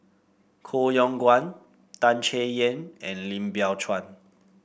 Koh Yong Guan Tan Chay Yan and Lim Biow Chuan